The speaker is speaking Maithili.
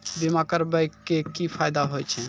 बीमा करबै के की फायदा होय छै?